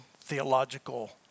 theological